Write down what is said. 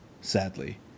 sadly